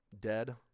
Dead